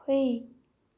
ꯍꯨꯏ